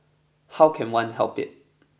how can one help it